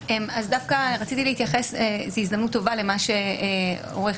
דווקא רציתי להתייחס וזו הזדמנות טובה - למה שהעלו עורך